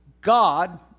God